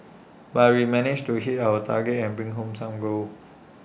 but we managed to hit our target and bring home some gold